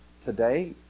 today